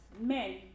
men